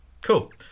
Cool